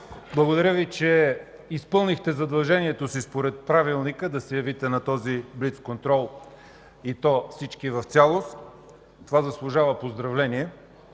благодаря Ви, че изпълнихте задължението си според Правилника да се явите на този блицконтрол, и то всички в цялост – това заслужава поздравление.